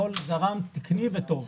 הכל זרם יעיל וטוב.